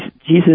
Jesus